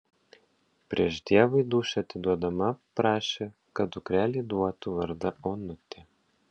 prieš dievui dūšią atiduodama prašė kad dukrelei duotų vardą onutė